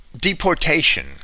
deportation